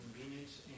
Convenience